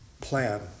plan